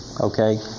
okay